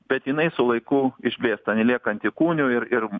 bet jinai su laiku išblėsta nelieka antikūnių ir ir